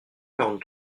quarante